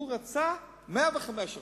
הוא רצה 105%,